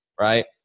right